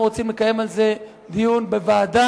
אנחנו רוצים לקיים על זה דיון בוועדה,